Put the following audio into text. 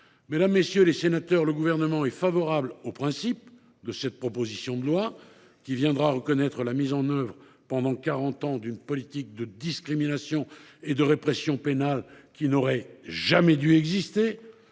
Mesdames, messieurs les sénateurs, le Gouvernement approuve le principe de cette proposition de loi, qui permet de reconnaître la mise en œuvre, pendant quarante ans, d’une politique de discrimination et de répression pénale qui n’aurait jamais dû exister.